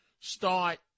start